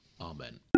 Amen